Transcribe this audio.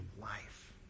life